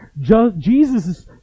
Jesus